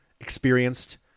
experienced